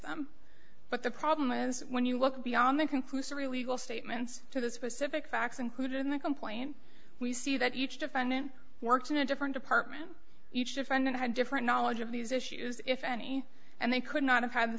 them but the problem is when you look beyond the conclusory legal statements to the specific facts included in the complaint we see that each defendant worked in a different department each defendant had different knowledge of these issues if any and they could not have had the